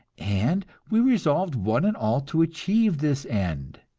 and we resolved one and all to achieve this end.